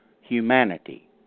humanity